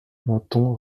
menton